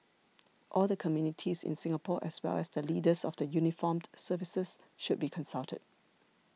all the communities in Singapore as well as the leaders of the uniformed services should be consulted